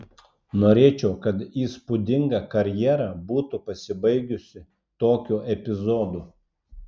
norėčiau kad įspūdinga karjera būtų pasibaigusi tokiu epizodu